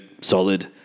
solid